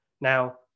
Now